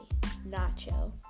Nacho